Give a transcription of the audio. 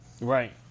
Right